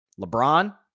LeBron